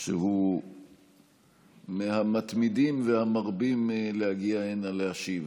שהוא מהמתמידים והמרבים להגיע הנה להשיב.